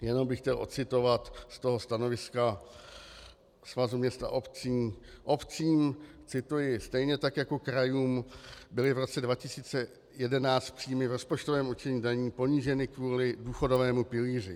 Jenom bych chtěl odcitovat ze stanoviska Svazu měst a obcí: Obcím, cituji, stejně tak jako krajům byly v roce 2011 příjmy v rozpočtovém určení daní poníženy kvůli důchodovému pilíři.